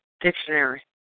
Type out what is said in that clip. Dictionary